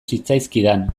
zitzaizkidan